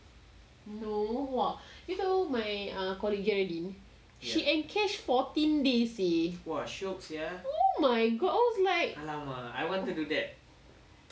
no !wah! you tahu my colleague geraldine she encash fourteen days eh oh my god I was like